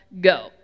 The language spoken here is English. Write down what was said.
go